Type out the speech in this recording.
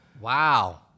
Wow